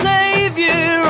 Savior